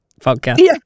podcast